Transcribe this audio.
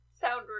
Sound